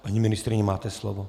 Paní ministryně, máte slovo.